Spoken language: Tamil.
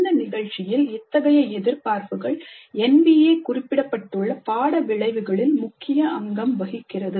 இந்த நிகழ்ச்சியில் இத்தகைய எதிர்பார்ப்புகள் NBA குறிப்பிட்டுள்ள பாட விளைவுகளில் முக்கிய அங்கம் வகிக்கிறது